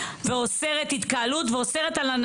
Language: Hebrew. אין לי מושג איך קוראים לזה.